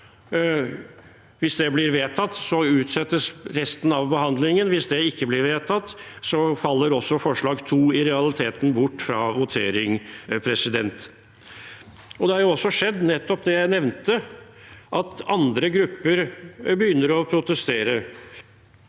Hvis det blir vedtatt, utsettes resten av behandlingen, og hvis det ikke blir vedtatt, faller forslag nr. 2 i realiteten bort fra votering. Det er jo også skjedd, som jeg nevnte, at andre grupper begynner å protestere.